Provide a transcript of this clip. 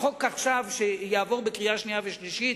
שהחוק יעבור בקריאה שנייה ושלישית.